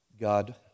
God